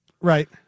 Right